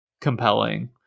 compelling